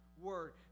word